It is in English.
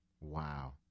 Wow